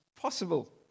possible